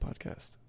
podcast